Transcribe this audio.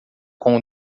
com